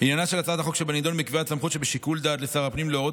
עניינה של הצעת החוק שבנדון בקביעת סמכות שבשיקול דעת לשר הפנים להורות